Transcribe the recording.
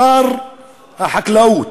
שר החקלאות,